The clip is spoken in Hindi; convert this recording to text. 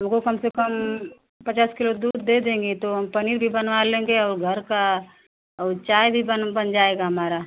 हमक लोगों को कम से कम पचास किलो दूध दे देंगे तो हम पनीर भी बनवा लेंगे और घर का ओ चाय भी बन बन जाएगा हमारा